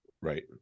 Right